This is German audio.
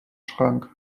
schrank